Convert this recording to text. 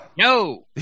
No